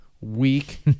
week